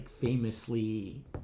famously